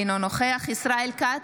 אינו נוכח ישראל כץ,